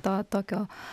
to tokio